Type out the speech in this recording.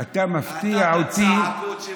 אתה, אתה מפתיע אותי,